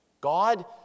God